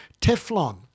Teflon